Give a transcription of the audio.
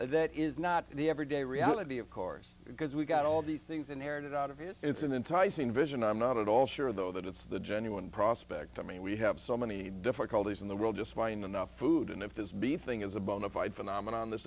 that is not the everyday reality of course because we've got all these things inherited out of it it's an enticement vision i'm not at all sure though that it's the genuine prospect i mean we have so many difficulties in the world just fine enough food and if this be thing as a bonafide phenomenon th